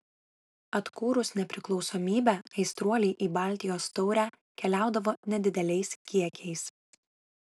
atkūrus nepriklausomybę aistruoliai į baltijos taurę keliaudavo nedideliais kiekiais